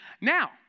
now